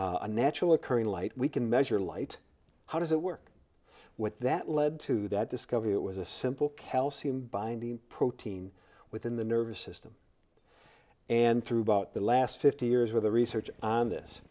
bioluminescence a natural occurring light we can measure light how does it work with that led to that discovery it was a simple calcium binding protein within the nervous system and through about the last fifty years were the research on this